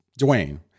Dwayne